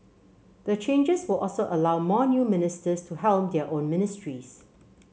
the changes will also allow more new ministers to helm their own ministries